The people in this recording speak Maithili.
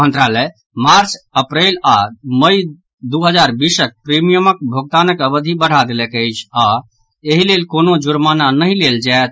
मंत्रालय मार्च अप्रैल आओर मई दू हजार बीसक प्रीमियमक भोगतानक अवधि बढ़ा देलक अछि आओर एहि लेल कोनो जर्माना नहि देबय पड़त